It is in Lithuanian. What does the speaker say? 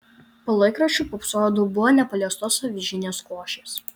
po laikraščiu pūpsojo dubuo nepaliestos avižinės košės